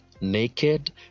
naked